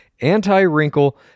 anti-wrinkle